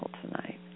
tonight